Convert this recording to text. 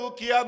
Que